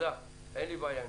תודה, אין לי בעיה עם